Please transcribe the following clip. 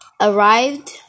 arrived